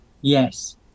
Yes